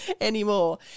anymore